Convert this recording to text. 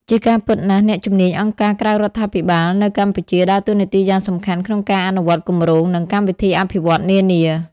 ជាការពិណាស់អ្នកជំនាញអង្គការក្រៅរដ្ឋាភិបាលនៅកម្ពុជា ដើរតួនាទីយ៉ាងសំខាន់ក្នុងការអនុវត្តគម្រោង និងកម្មវិធីអភិវឌ្ឍន៍នានា។